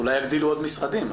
אולי יגדילו עוד משרדים.